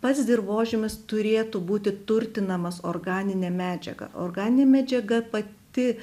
pats dirvožemis turėtų būti turtinamas organine medžiaga organinė medžiaga pati